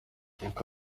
uko